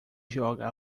joga